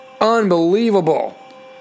Unbelievable